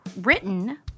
written